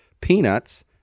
peanuts